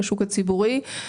לשוק הציבורי.